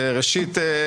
ראשית,